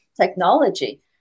technology